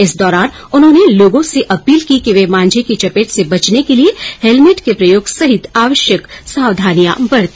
इस दौरान उन्होंने लोगो से अपील की कि वे मांझे की चपेट से बचने के लिये हेलमेट के प्रयोग सहित आवश्यक सावधानियां बरते